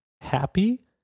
happy